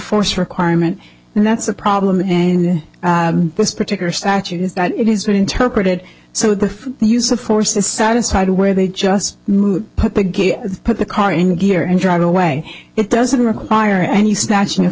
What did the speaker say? force requirement and that's a problem in this particular statute is that it has been interpreted so the use of force is satisfied where they just put the gear put the car in gear and drive away it doesn't require any snatching of